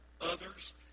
others